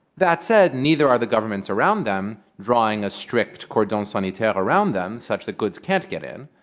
that said, neither are the governments around them drawing a strict cordon sanitaire around them, such that goods can't get in.